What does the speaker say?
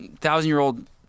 thousand-year-old